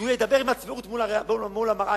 בגיל חמש, אז שהוא ידבר עם הצביעות מול המראה.